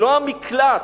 לא המקלט,